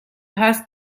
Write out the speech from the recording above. هست